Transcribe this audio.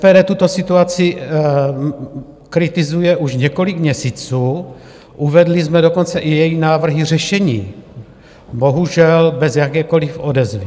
SPD tuto situaci kritizuje už několik měsíců, uvedli jsme dokonce i její návrhy řešení, bohužel bez jakékoliv odezvy.